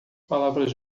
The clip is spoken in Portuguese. palavras